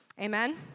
Amen